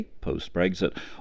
post-Brexit